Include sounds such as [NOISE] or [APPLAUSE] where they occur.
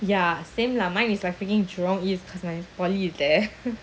ya same lah mine is like freaking jurong east cause my poly is there [NOISE]